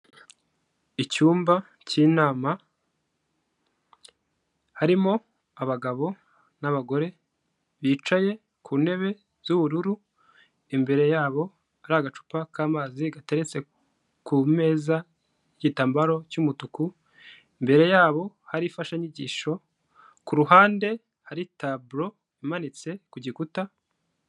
Icyumba cy'inama harimo abagabo n'abagore bicaye ku ntebe z'ubururu, imbere yabo hari agacupa k'amazi gateretse ku meza y'igitambaro cy'umutuku, imbere yabo hari imfashanyigisho, kuruhande hari taburo imanitse ku gikuta.